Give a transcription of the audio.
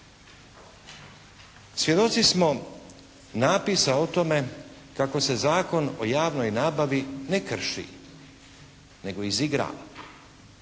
Svjedoci smo napisa o tome kako se Zakon o javnoj nabavi ne krši, nego izigrava.